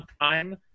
time